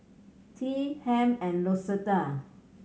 Tea Hamp and Lucetta